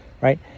Right